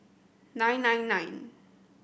nine nine nine